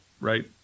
Right